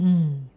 mm